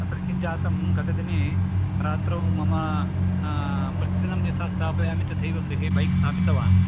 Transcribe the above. अत्र किञ्जातं गतदिने रात्रौ मम प्रतिदिनं यथा स्थापयामि तथैव गृहे बैक् स्थापितवान्